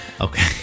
Okay